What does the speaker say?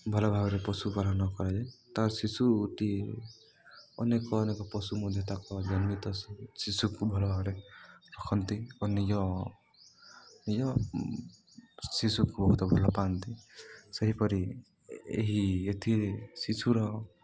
ଭଲ ଭାବରେ ପଶୁ ପାାଳନ କରାଯାଏ ତା'ର ଶିଶୁଟିଏ ଅନେକ ଅନେକ ପଶୁ ମଧ୍ୟ ତାଙ୍କ ଜନ୍ମିତ ଶିଶୁକୁ ଭଲ ଭାବରେ ରଖନ୍ତି ଓ ନିଜ ନିଜ ଶିଶୁକୁ ବହୁତ ଭଲ ପାଆନ୍ତି ସେହିପରି ଏହି ଏଥିରେ ଶିଶୁର